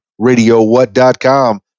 RadioWhat.com